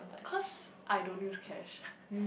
cause I don't use cash